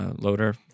loader